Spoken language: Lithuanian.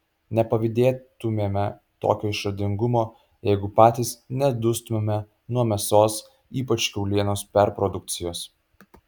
nepavydėtumėme tokio išradingumo jeigu patys nedustumėme nuo mėsos ypač kiaulienos perprodukcijos